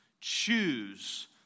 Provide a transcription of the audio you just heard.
Choose